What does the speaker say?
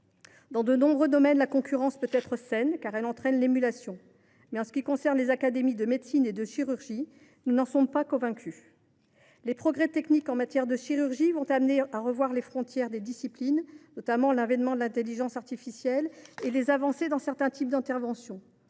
Dans de nombreux domaines, la concurrence peut être saine, car elle entraîne l’émulation. En ce qui concerne les académies nationales de médecine et de chirurgie, nous n’en sommes toutefois pas convaincus. Les progrès techniques en matière de chirurgie vont amener à revoir les frontières des disciplines, notamment l’avènement de l’intelligence artificielle et les avancées dans certains types d’interventions